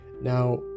Now